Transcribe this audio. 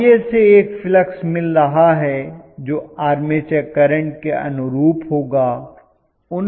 Ia से एक flux मिल रहा है जो आर्मेचर करंट के अनुरूप होगा